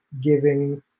giving